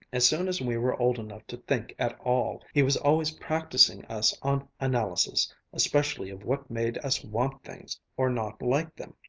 as soon as we were old enough to think at all, he was always practising us on analysis especially of what made us want things, or not like them.